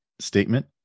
statement